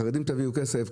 לחרדים תביאו כסף,